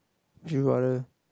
you are a